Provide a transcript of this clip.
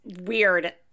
weird